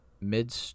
mid